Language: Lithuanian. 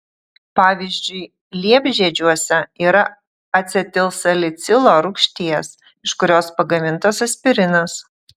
pavyzdžiui liepžiedžiuose yra acetilsalicilo rūgšties iš kurios pagamintas aspirinas